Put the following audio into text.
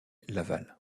laval